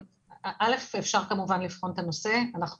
אנחנו נוכל כמובן לבחון אותו